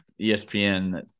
ESPN